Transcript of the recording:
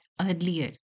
earlier